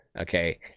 okay